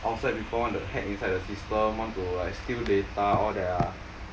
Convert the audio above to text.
outside people want to hack inside the system want to like steal data all that ah